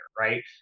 right